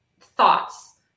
thoughts